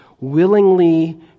willingly